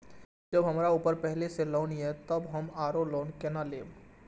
जब हमरा ऊपर पहले से लोन ये तब हम आरो लोन केना लैब?